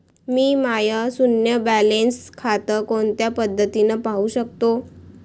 मी माय शुन्य बॅलन्स खातं कोनच्या पद्धतीनं पाहू शकतो?